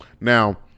now